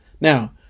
Now